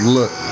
look